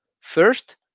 First